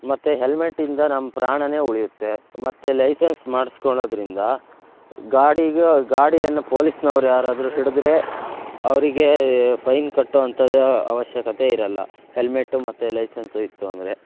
ಮತ್ತು ಹೆಲ್ಮೆಟ್ಟಿಂದ ನಮ್ಮ ಪ್ರಾಣವೇ ಉಳಿಯುತ್ತೆ ಮತ್ತು ಲೈಸೆನ್ಸ್ ಮಾಡಿಸ್ಕೊಳ್ಳೋದ್ರಿಂದ ಗಾಡಿಗ ಗಾಡಿಯನ್ನು ಪೊಲೀಸ್ನವ್ರು ಯಾರಾದ್ರೂ ಹಿಡಿದ್ರೆ ಅವರಿಗೆ ಫೈನ್ ಕಟ್ಟುವಂತಹ ಆವಶ್ಯಕತೆ ಇರಲ್ಲ ಹೆಲ್ಮೆಟ್ಟು ಮತ್ತು ಲೈಸೆನ್ಸು ಇತ್ತು ಅಂದರೆ